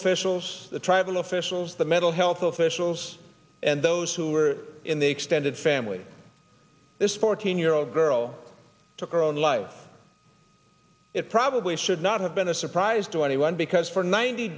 officials the tribal officials the mental health officials and those who were in the extended family this fourteen year old girl took her own life it probably should not have been a surprise to anyone because for ninety